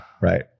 Right